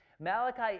Malachi